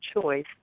choice